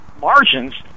margins